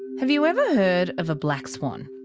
have you ever heard of a black swan?